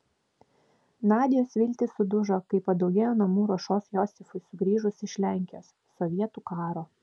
nadios viltys sudužo kai padaugėjo namų ruošos josifui sugrįžus iš lenkijos sovietų karo